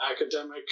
academic